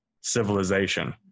civilization